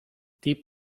deep